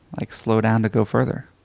like slow down to go further.